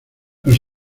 pero